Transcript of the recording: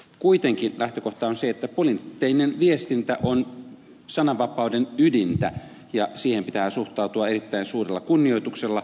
kuitenkin lähtökohta on se että poliittinen viestintä on sananvapauden ydintä ja siihen pitää suhtautua erittäin suurella kunnioituksella